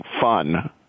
fun